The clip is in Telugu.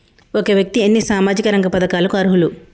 ఒక వ్యక్తి ఎన్ని సామాజిక రంగ పథకాలకు అర్హులు?